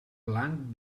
blanc